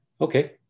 Okay